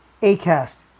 Acast